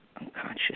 unconscious